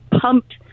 pumped